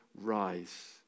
rise